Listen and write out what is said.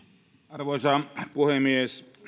arvoisa puhemies